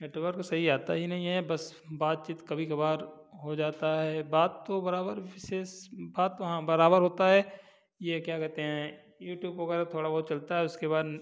network सही आता ही नहीं है बस बातचीत कभी कभार हो जाता है बात तो बराबर विशेष बात वहाँ बराबर होता है ये क्या कहते हैं यूट्यूब वगैरह थोड़ा बहुत चलता है उसके बाद